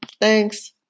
Thanks